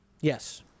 yes